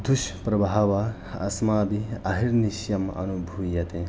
दुष्प्रभावः अस्माभिः अहिर्निशम् अनुभूयते